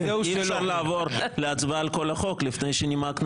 אז אי אפשר לעבור להצבעה על כל החוק לפני שנימקנו